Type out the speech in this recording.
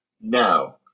No